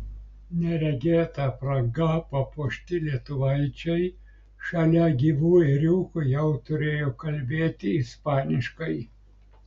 neregėta apranga papuošti lietuvaičiai šalia gyvų ėriukų jau turėjo kalbėti ispaniškai